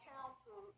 Council